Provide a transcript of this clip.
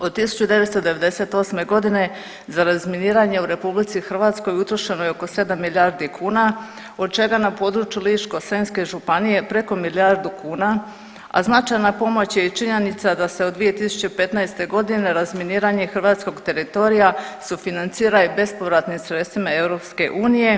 Od 1998.g. za razminiranje u RH utrošeno je oko 7 milijardi kuna, od čega na području Ličko-senjske županije preko milijardu kuna, a značajna pomoć je i činjenica da se od 2015. godine razminiranje hrvatskog teritorija sufinancira i bespovratnim sredstvima EU.